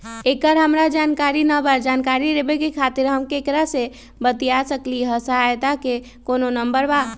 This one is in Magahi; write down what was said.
एकर हमरा जानकारी न बा जानकारी लेवे के खातिर हम केकरा से बातिया सकली ह सहायता के कोनो नंबर बा?